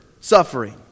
suffering